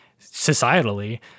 societally